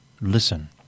Listen